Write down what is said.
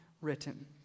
written